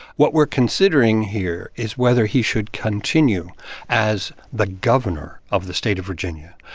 what we're considering here is whether he should continue as the governor of the state of virginia,